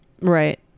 right